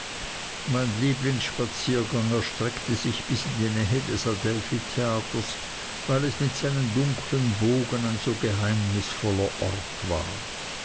mein lieblingsspaziergang erstreckte sich bis in die nähe des adelphi theaters weil es mit seinen dunkeln bogen ein so geheimnisvoller ort war